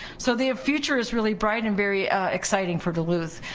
so the future is really bright and very exciting for duluth.